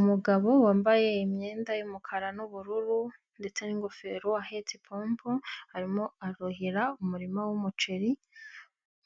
Umugabo wambaye imyenda y'umukara n'ubururu ndetse n'ingofero, ahetse pombo arimo aruhira umurima w'umuceri,